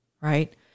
right